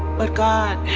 but god,